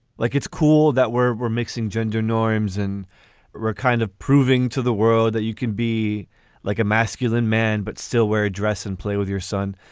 like, it's cool that we're we're mixing gender norms and we're kind of proving to the world that you can be like a masculine man, but still wear a dress and play with your son.